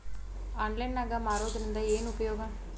Online ನಾಗ್ ಮಾರೋದ್ರಿಂದ ಏನು ಉಪಯೋಗ?